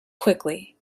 quickly